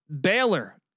Baylor